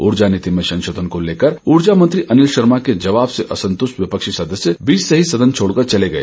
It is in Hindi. ऊर्जा नीति में संशोधन को लेकर ऊर्जा मंत्री अनिल शर्मा के जवाब से असंतुष्ट विपक्षी सदस्य बीच से ही सदन छोड़कर चले गए